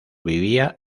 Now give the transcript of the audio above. vivía